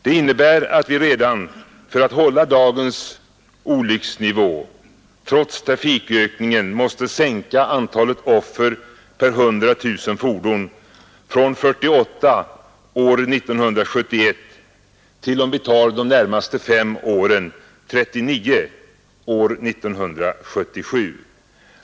Det betyder att vi redan för att hålla dagens olycksnivå trots trafikökningen måste sänka antalet offer per 100 000 fordon från 48 år 1971 till — om vi tar de närmaste fem åren — 39 år 1977.